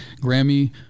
Grammy